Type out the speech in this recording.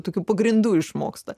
tokiu pagrindu išmoksta